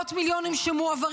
מאות מיליונים שמועברים